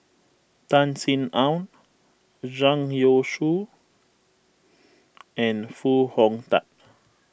Tan Sin Aun Zhang Youshuo and Foo Hong Tatt